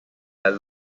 las